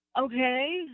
Okay